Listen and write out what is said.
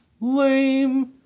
Lame